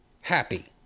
happy